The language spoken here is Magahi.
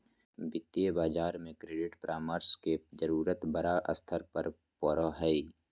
वित्तीय बाजार में क्रेडिट परामर्श के जरूरत बड़ा स्तर पर पड़ो हइ